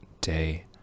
day